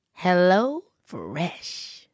HelloFresh